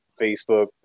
Facebook